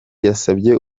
yasabye